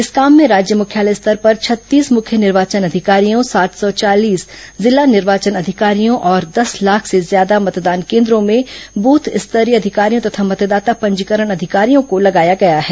इस काम में राज्य मुख्यालय स्तर पर छत्तीस मुख्य निर्वाचन अधिकारियों सात सौ चालीस जिला निर्वाचन अधिकारियों और दस लाख से ज्यादा मतदान केन्द्रों अधिकारियों तथा मतदाता पंजीकरण अधिकारियों को लगाया गया है